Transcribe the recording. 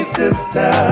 sister